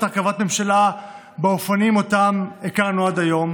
הרכבת ממשלה באופנים שאותם הכרנו עד היום